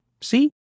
See